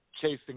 chasing